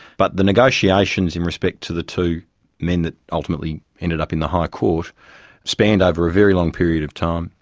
but the negotiations in respect to the two men that ultimately ended up in the high court spanned over a very long period of time,